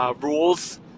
rules